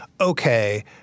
okay